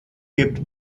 gibt